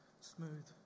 smooth